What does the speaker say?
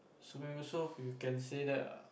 so and also you can say that ah